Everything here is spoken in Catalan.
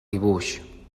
dibuix